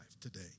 today